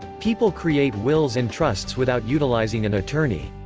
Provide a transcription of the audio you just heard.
people create wills and trusts without utilizing an attorney.